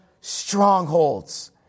strongholds